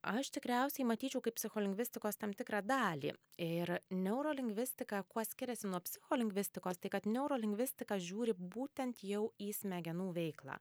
aš tikriausiai matyčiau kaip psicholingvistikos tam tikrą dalį ir neurolingvistika kuo skiriasi nuo psicholingvistikos tai kad neurolingvistika žiūri būtent jau į smegenų veiklą